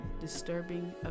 disturbing